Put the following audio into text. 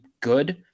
good